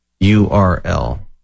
url